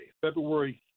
February